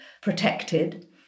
protected